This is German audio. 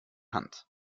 hand